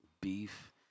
beef